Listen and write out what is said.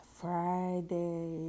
Friday